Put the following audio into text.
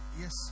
Yes